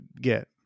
get